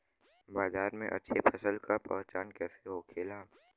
बाजार में अच्छी फसल का पहचान कैसे होखेला?